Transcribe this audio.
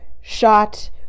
shot